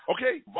Okay